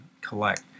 collect